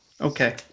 Okay